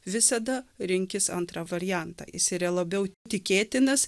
visada rinkis antrą variantą jis yra labiau tikėtinas